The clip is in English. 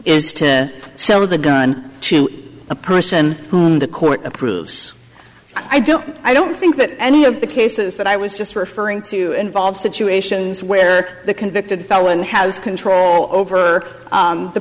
is to sever the gun to a person whom the court approves i don't i don't think that any of the cases but i was just referring to involved situations where the convicted felon has control over